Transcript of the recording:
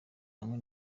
hamwe